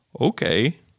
Okay